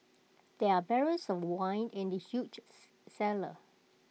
there are barrels of wine in the huge cellar